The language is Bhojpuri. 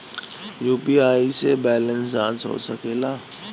यू.पी.आई से बैलेंस जाँच हो सके ला?